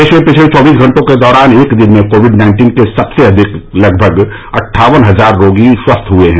देश में पिछले चौबीस घंटों के दौरान एक दिन में कोविड नाइन्टीन के सबसे अधिक लगभग अट्ठावन हजार रोगी स्वस्थ हुए हैं